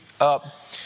up